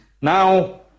Now